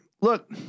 Look